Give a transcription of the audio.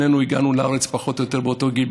שנינו הגענו לארץ פחות או יותר באותו גיל,